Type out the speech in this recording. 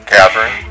Catherine